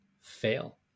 fail